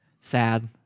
sad